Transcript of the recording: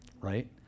right